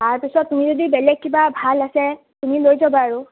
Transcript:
তাৰপিছত তুমি যদি বেলেগ কিবা ভাল আছে তুমি লৈ যাবা আৰু